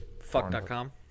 Fuck.com